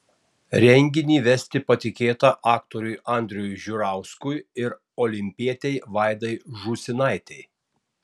renginį vesti patikėta aktoriui andriui žiurauskui ir olimpietei vaidai žūsinaitei